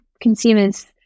consumers